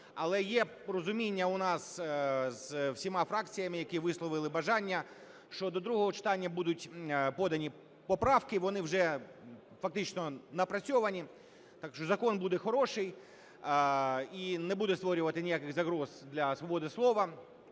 Але є порозуміння у нас з всіма фракціями, які висловили бажання, що до другого читання будуть подані поправки, і вони вже фактично напрацьовані. Так що закон буде хороший і не буде створювати ніяких загроз для свободи слова,